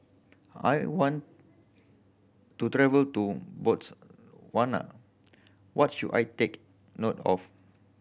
I want to travel to Botswana what should I take note of